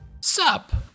Sup